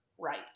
right